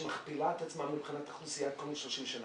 שמכפילה את עצמה מבחינת האוכלוסייה כל 30 שנה,